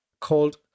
called